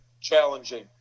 challenging